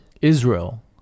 Israel